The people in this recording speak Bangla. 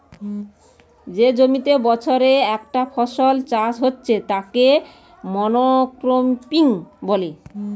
যে জমিতে বছরে একটা ফসল চাষ হচ্ছে তাকে মনোক্রপিং বলে